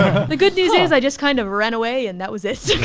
the good news is i just kind of ran away and that was this. it's